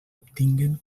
obtinguen